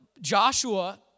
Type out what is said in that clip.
Joshua